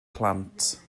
plant